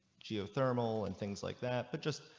geothermal and things like that. but just,